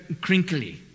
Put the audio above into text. crinkly